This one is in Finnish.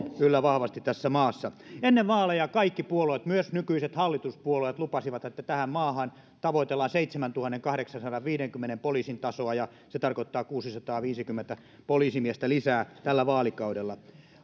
yllä vahvasti tässä maassa ennen vaaleja kaikki puolueet myös nykyiset hallituspuolueet lupasivat että tähän maahan tavoitellaan seitsemäntuhannenkahdeksansadanviidenkymmenen poliisin tasoa ja se tarkoittaa kuusisataaviisikymmentä poliisimiestä lisää tällä vaalikaudella